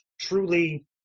truly